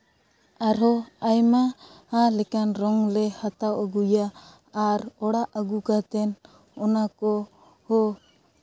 ᱟᱨᱦᱚᱸ ᱟᱭᱢᱟ ᱞᱮᱠᱟᱱ ᱨᱚᱝ ᱞᱮ ᱦᱟᱛᱟᱣ ᱟᱹᱜᱩᱭᱟ ᱟᱨ ᱚᱲᱟᱜ ᱟᱹᱜᱩ ᱠᱟᱛᱮᱫ ᱚᱱᱟ ᱠᱚᱦᱚᱸ